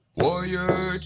warrior